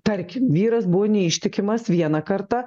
tarkim vyras buvo neištikimas vieną kartą